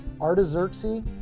Artaxerxes